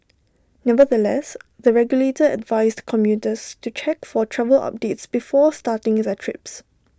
nevertheless the regulator advised commuters to check for travel updates before starting their trips